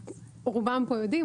רובם פה יודעים,